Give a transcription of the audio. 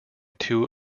two